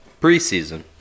preseason